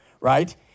right